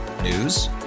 News